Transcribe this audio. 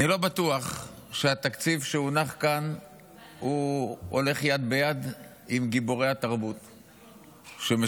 אני לא בטוח שהתקציב שהונח כאן הולך יד ביד עם גיבורי התרבות שמשרתים,